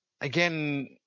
Again